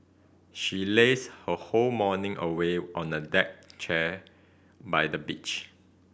she lazed her whole morning away on a deck chair by the beach